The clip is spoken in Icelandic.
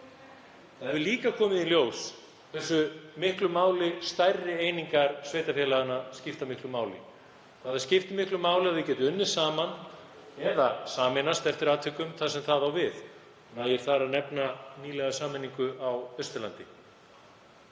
Það hefur líka komið í ljós hversu miklu máli stærri einingar sveitarfélaga skipta. Það skiptir miklu máli að þau geti unnið saman eða sameinast eftir atvikum þar sem það á við. Nægir þar að nefna nýlega sameiningu á Austurlandi.